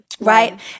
Right